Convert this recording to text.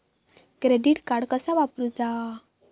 Credit card कसा वापरूचा?